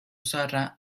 zaharra